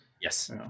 yes